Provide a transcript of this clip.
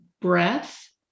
breath